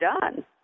done